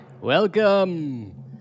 Welcome